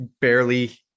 barely